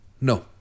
No